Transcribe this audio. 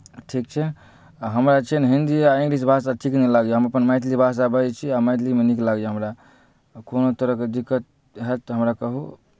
ठीक छै आ हमरा जे छै ने हिंदी आ इंग्लिश भाषा ठीक नहि लागैए हम अपन मैथिली भाषा बजै छी आ मैथिलीमे नीक लागैए हमरा कोनो तरहके दिक्कत हएत तऽ हमरा कहू